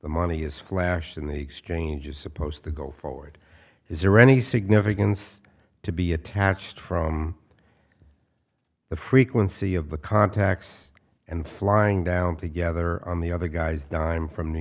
the money is flashing the exchange is supposed to go forward is there any significance to be attached from the frequency of the contacts and flying down together on the other guy's dime from new